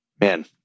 Man